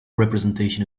representation